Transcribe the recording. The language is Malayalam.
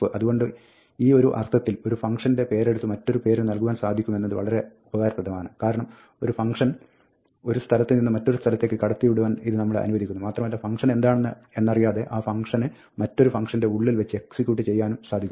അതുകൊണ്ട് ഈ ഒരു അർത്ഥത്തിൽ ഒരു ഫംഗ്ഷന്റെ പേരെടുത്ത് മറ്റൊരു പേരിന് നൽകുവാൻ സാധിക്കുന്നത് വളരെ ഉപകാരപ്രദമാണ് കാരണം ഒരു ഫംഗ്ഷൻ ഒരു സ്ഥലത്ത് നിന്ന് മറ്റൊരു സ്ഥലത്തേക്ക് കടത്തിവിടുവാൻ ഇത് നമ്മളെ അനുവദിക്കുന്നു മാത്രമല്ല ഒരു ഫംഗ്ഷൻ എന്താണ് എന്നറിയാതെ ആ ഫംഗ്ഷന് മറ്റൊരു ഫംഗ്ഷന്റെ ഉള്ളിൽ വെച്ച് എക്സിക്യൂട്ട് ചെയ്യാനും സാധിക്കുന്നു